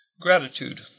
Gratitude